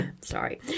Sorry